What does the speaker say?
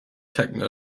techno